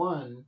One